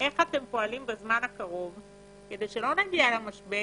איך אתם פועלים בזמן הקרוב כדי שלא נגיע לעוד משבר